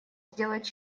сделать